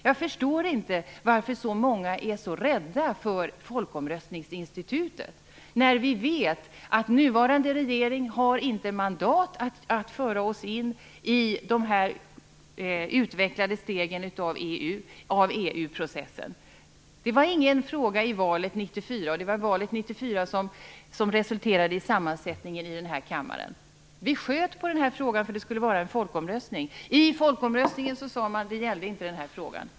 Jag förstår inte varför så många är så rädda för folkomröstningsinstitutet, när vi vet att nuvarande regering inte har mandat att föra oss in i dessa utvecklade steg av EU-processen. Det var ingen fråga i valet 1994, som var det val som resulterade i sammansättningen av denna kammare. Man sköt på frågan till folkomröstningen som skulle komma. Men i folkomröstningen sade man att den inte gällde denna fråga.